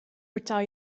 betaal